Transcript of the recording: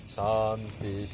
Shanti